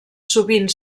sovint